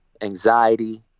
anxiety